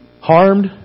harmed